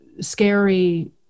scary